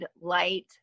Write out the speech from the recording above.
light